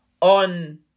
on